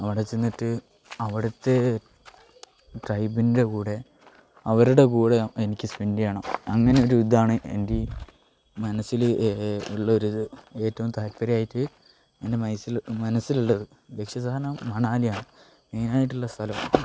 അവിടെച്ചെന്നിട്ട് അവിടുത്തെ ട്രൈബിൻ്റെ കൂടെ അവരുടെ കൂടെ എനിക്ക് സ്പെൻ്റ് ചെയ്യണം അങ്ങനെ ഒരിതാണ് എൻ്റെ ഈ മനസ്സിൽ ഉള്ളൊരു ഏറ്റവും താൽപ്പര്യമായിട്ട് എൻ്റെ മനസ്സിൽ മനസ്സിലുള്ളത് ലക്ഷ്യസ്ഥാനം മണാലിയാണ് മെയിനായിട്ടുള്ള സ്ഥലം